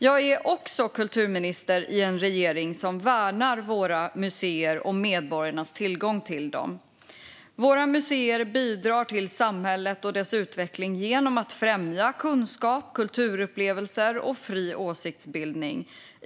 Jag är också kulturminister i en regering som värnar våra museer och medborgarnas tillgång till dem. Våra museer bidrar till samhället och dess utveckling genom att främja kunskap, kulturupplevelser och fri åsiktsbildning.